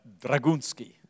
Dragunsky